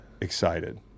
excited